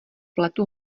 pletu